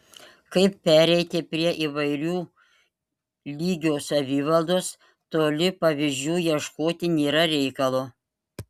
kaip pereiti prie įvairių lygių savivaldos toli pavyzdžių ieškoti nėra reikalo